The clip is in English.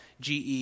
GE